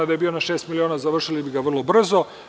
Da je bio na šest miliona završili bi ga vrlo brzo.